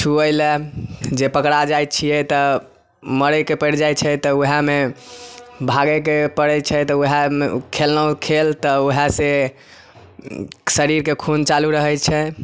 छुअय लए जे पकड़ा जाइ छियै तऽ मरैके पैड़ जाइ छै तऽ वएहमे भागैके पड़ै छै तऽ वएहमे खेललहुॅं खेल तऽ वएह से शरीरके खून चालू रहै छै